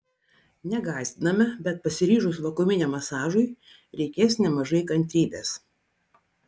negąsdiname bet pasiryžus vakuuminiam masažui reikės nemažai kantrybės